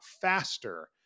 faster